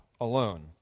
alone